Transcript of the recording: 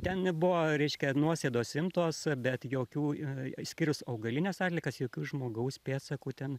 ten nebuvo reiškia nuosėdos imtos bet jokių išskyrus augalines atliekas jokių žmogaus pėdsakų ten